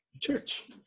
Church